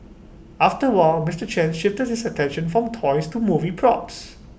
after while Mister chan shifted his attention from toys to movie props